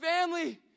family